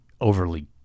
overly